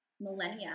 millennia